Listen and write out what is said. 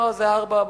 זה 04:00,